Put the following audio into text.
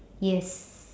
yes